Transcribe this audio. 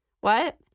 What